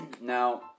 Now